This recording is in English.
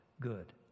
good